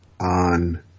on